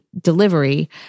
delivery